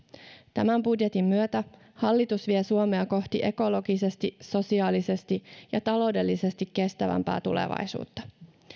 tämän budjetin myötä hallitus vie suomea kohti ekologisesti sosiaalisesti ja taloudellisesti kestävämpää tulevaisuutta